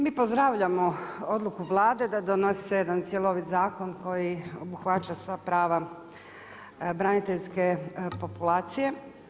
Mi pozdravljamo odluku Vlade da donose jedan cjelovit zakon koji obuhvaća sva prava braniteljske populacije.